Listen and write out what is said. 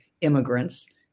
immigrants